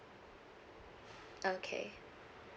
okay